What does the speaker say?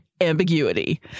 ambiguity